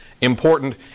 important